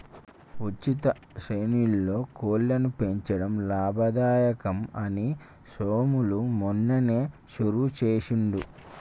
ఉచిత శ్రేణిలో కోళ్లను పెంచడం లాభదాయకం అని సోములు మొన్ననే షురువు చేసిండు